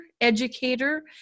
educator